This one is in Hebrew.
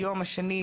היום א'